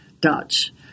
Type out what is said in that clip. Dutch